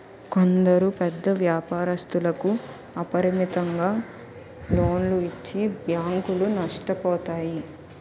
కొందరు పెద్ద వ్యాపారస్తులకు అపరిమితంగా లోన్లు ఇచ్చి బ్యాంకులు నష్టపోతాయి